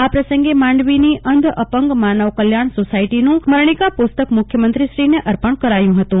આ પ્રસંગે માંડવીની અંધ અપંગ માનવ કલ્યાણ સોસાયટીની સ્મરણીકા પુસ્તક મુખ્યમંત્રીશ્રીને અર્પજ્ઞ કર્યું હતું